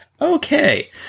Okay